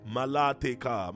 Malateka